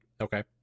Okay